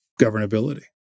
governability